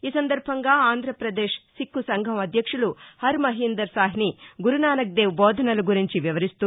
ఈ సందర్బంగా ఆంధ్రప్రదేశ్ సిక్కు సంఘం అధ్యక్షులు హర్ మహీందర్ సాహ్ని గురునానక్ దేవ్ బోధనల గురించి వివరిస్తూ